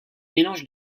mélanges